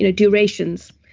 ah durations.